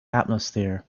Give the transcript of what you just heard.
atmosphere